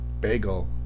bagel